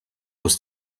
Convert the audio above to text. aus